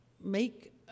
make